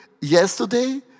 yesterday